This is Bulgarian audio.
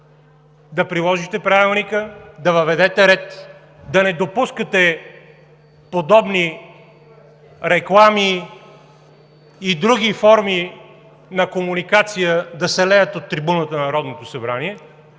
да приложите Правилника, да въведете ред, да не допускате подобни реклами и други форми на комуникация да се леят от трибуната на Народното събрание.